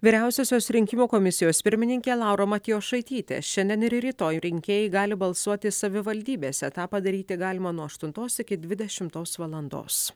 vyriausiosios rinkimų komisijos pirmininkė laura matjošaitytė šiandien ir rytoj rinkėjai gali balsuoti savivaldybėse tą padaryti galima nuo aštuntos iki dvidešimtos valandos